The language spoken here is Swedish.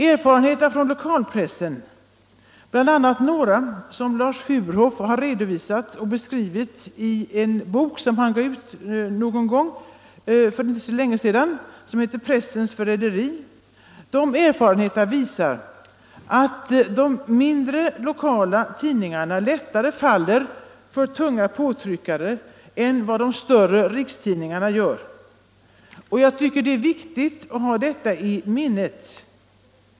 Erfarenheterna från lokalpressen — bl.a. några som Lars Furhoff har beskrivit i sin bok Pressens förräderi, som kom ut för inte så länge sedan — visar att de mindre lokaltidningarna lättare faller för tunga påtryckare än vad de större rikstidningarna gör. Det är viktigt att ha detta i minnet.